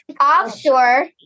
Offshore